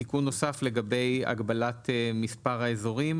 תיקון נוסף לגבי הגבלת מספר האזורים,